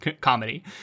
comedy